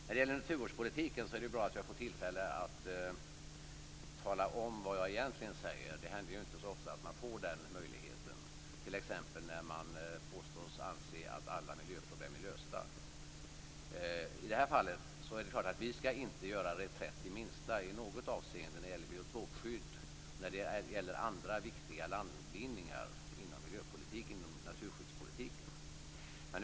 När det gäller naturvårdspolitiken är det bra att jag får tillfälle att tala om vad jag egentligen tycker. Det händer ju inte så ofta att jag får den möjligheten, t.ex. när jag påstås anse att alla miljöproblem är lösta. I det här fallet är det klart att vi inte skall göra reträtt i något avseende när det gäller biotopskydd och andra viktiga landvinningar inom miljöpolitiken och naturskyddspolitiken.